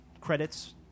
credits